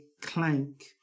Clank